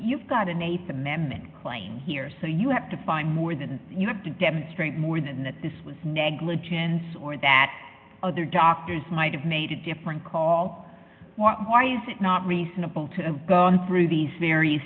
you've got an th amendment claim here so you have to find more than you have to demonstrate more than that this was negligence or that other doctors might have made a different call why is it not reasonable to have gone through these very